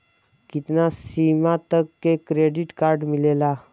कितना सीमा तक के क्रेडिट कार्ड मिलेला?